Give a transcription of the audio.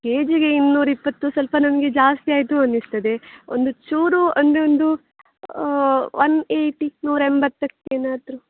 ಕೆಜಿಗೆ ಇನ್ನೂರ ಇಪ್ಪತ್ತು ಸ್ವಲ್ಪ ನಮಗೆ ಜಾಸ್ತಿ ಆಯಿತು ಅನ್ನಿಸ್ತದೆ ಒಂದು ಚೂರು ಅಂದರೆ ಒಂದು ಒನ್ ಏಯ್ಟಿ ನೂರೆಂಬತ್ತಕ್ಕೆ ಏನಾದರೂ